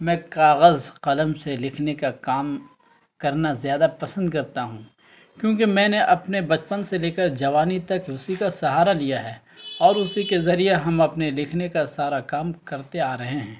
میں کاغذ قلم سے لکھنے کا کام کرنا زیادہ پسند کرتا ہوں کیونکہ میں نے اپنے بچپن سے لے کر جوانی تک اسی کا سہارا لیا ہے اور اسی کے ذریعہ ہم اپنے لکھنے کا سارا کام کرتے آ رہے ہیں